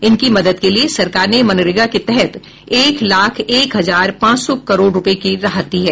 इनकी मदद के लिए सरकार ने मनरेगा के तहत एक लाख एक हजार पांच सौ करोड़ रुपये की राहत दी है